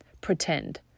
pretend